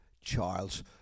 Charles